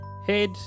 head